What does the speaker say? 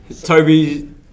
Toby